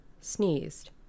sneezed